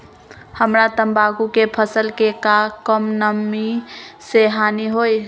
हमरा तंबाकू के फसल के का कम नमी से हानि होई?